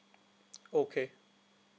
okay